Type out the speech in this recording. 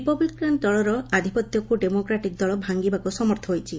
Republican ଦଳର ଆଧିପତ୍ୟକ୍ Democratic ଦଳ ଭାଙ୍ଗିବାକ୍ ସମର୍ଥ ହୋଇଛି